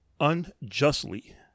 unjustly